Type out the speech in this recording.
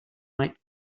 might